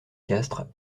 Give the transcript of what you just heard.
castres